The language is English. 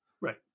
Right